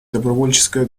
добровольческое